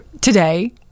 Today